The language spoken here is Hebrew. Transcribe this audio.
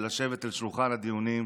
ולשבת אל שולחן הדיונים,